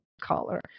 color